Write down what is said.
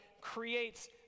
creates